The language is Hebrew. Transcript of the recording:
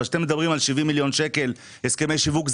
כשאתם מדברים על 70 מיליון שקלים הסכמי שיווק,